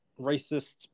racist